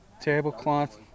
tablecloth